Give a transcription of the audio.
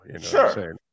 Sure